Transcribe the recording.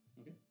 Okay